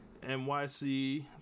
NYC